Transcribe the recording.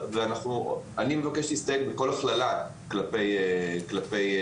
אני מבקש להסתייג מכל הכללה כלפי מורים,